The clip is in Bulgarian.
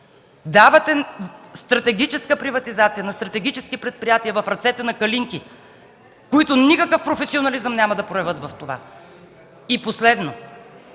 Давате стратегическа приватизация на стратегически предприятия в ръцете на „калинки”, които никакъв професионализъм няма да проявят в това. И последно,